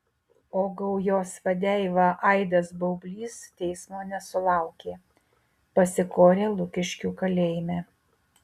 o gaujos vadeiva aidas baublys teismo nesulaukė pasikorė lukiškių kalėjime